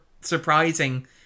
surprising